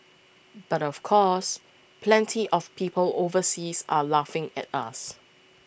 but of course plenty of people overseas are laughing at us